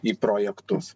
į projektus